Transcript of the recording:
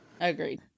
Agreed